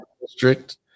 district